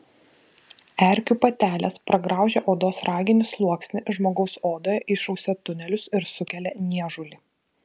erkių patelės pragraužę odos raginį sluoksnį žmogaus odoje išrausia tunelius ir sukelia niežulį